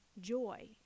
joy